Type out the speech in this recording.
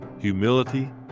humility